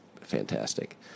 fantastic